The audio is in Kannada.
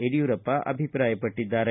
ಯಡಿಯೂರಪ್ಪ ಅಭಿಪ್ರಾಯಪಟ್ಟಿದ್ದಾರೆ